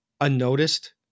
unnoticed